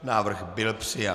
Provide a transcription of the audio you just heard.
Návrh byl přijat.